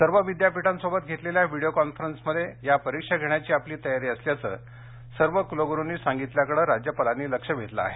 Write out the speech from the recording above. सर्व विद्यापीठांसोबत घेतलेल्या विडीयो कॉन्फरन्समध्ये या परीक्षा घेण्याची आपली तयारी असल्याचं सर्व क्लग्रुनी सांगितल्याकडे राज्यपालांनी लक्ष वेधलं आहे